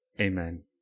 Amen